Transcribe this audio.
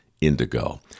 indigo